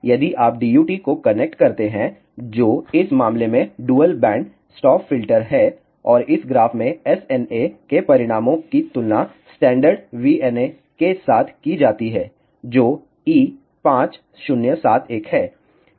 यदि आप DUT को कनेक्ट करते हैं जो इस मामले में डुअल बैंड स्टॉप फिल्टर है और इस ग्राफ में SNA के परिणामों की तुलना स्टैंडर्ड VNA के साथ की जाती है जो E5071 है